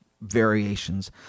variations